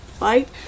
right